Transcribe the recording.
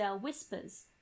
whispers